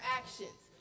actions